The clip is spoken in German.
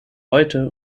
heute